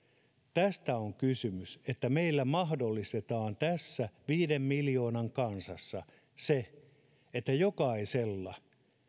tästä on kysymys että meillä mahdollistetaan tässä viiden miljoonan kansassa se että jokaisella